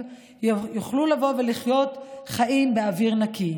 לא יוכלו לבוא ולחיות חיים באוויר נקי.